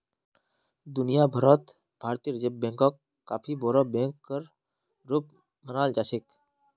दुनिया भर त भारतीय रिजर्ब बैंकक काफी बोरो बैकेर रूपत मानाल जा छेक